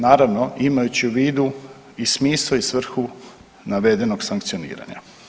Naravno, imajući u vidu i smisao i svrhu navedenog sankcioniranja.